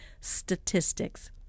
statistics